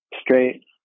straight